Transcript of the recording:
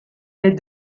est